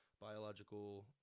biological